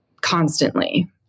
constantly